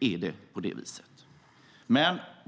är det på det viset.